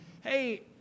hey